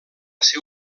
ser